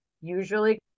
usually